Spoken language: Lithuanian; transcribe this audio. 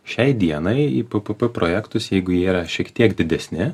šiai dienai į ppp projektus jeigu jie yra šiek tiek didesni